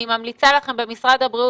אני ממליצה לכם במשרד הבריאות,